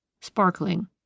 sparkling